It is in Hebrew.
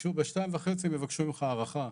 ביקשו ב-2.5 הם יבקשו ממך הארכה.